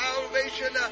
Salvation